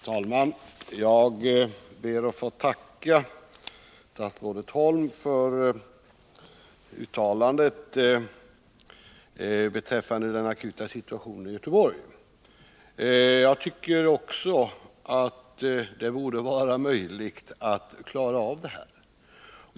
Herr talman! Jag ber att få tacka statsrådet Holm för uttalandet beträffande den akuta situationen i Göteborg. Jag tycker också att det hade varit möjligt att klara av detta.